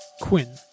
Quinn